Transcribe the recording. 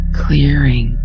clearing